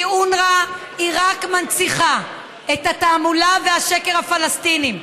כי אונר"א רק מנציחה את התעמולה והשקר הפלסטיניים.